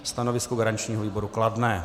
Stanovisko garančního výboru kladné.